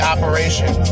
operation